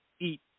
eat